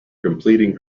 completing